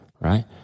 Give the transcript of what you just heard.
right